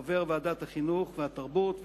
חבר ועדת החינוך והתרבות,